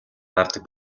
гардаг